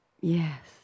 yes